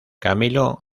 camilo